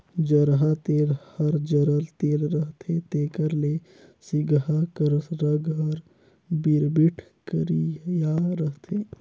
जरहा तेल हर जरल तेल रहथे तेकर ले सिगहा कर रग हर बिरबिट करिया रहथे